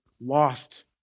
lost